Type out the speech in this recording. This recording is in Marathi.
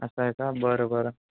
असं आहे का बरं बरं